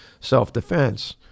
self-defense